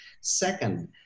Second